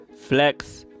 Flex